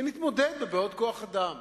ונתמודד עם בעיות כוח-אדם,